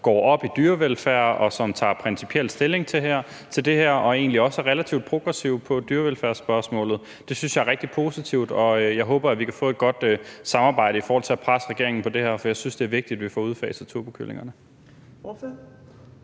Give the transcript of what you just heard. går op i dyrevelfærd, og som tager principiel stilling til det her, og som egentlig også er relativt progressive i dyrevelfærdsspørgsmålet. Det synes jeg er rigtig positivt, og jeg håber, at vi kan få et godt samarbejde i forhold til at presse regeringen på det her område. For jeg synes, det er vigtigt, at vi får udfaset turbokyllingerne.